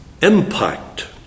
impact